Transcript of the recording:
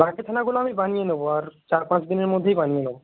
বাকি থানাগুলো আমি বানিয়ে নেব আর চার পাঁচ দিনের মধ্যেই বানিয়ে নেব